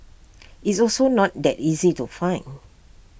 it's also not that easy to find